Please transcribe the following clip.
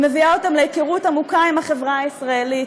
היא מביאה אותם להיכרות עמוקה עם החברה הישראלית,